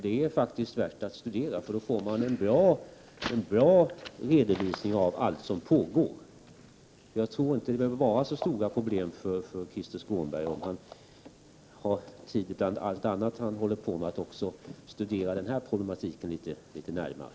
Det betänkandet är värt att studeras, för det ger en bra redovisning av allt det arbete som pågår. Jag tror därför att det inte behöver vara så stora problem för Krister Skånberg, om han vid sidan av allt annat han håller på med också har tid att studera den här problematiken litet närmare.